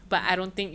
mmhmm